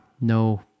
No